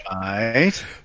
Right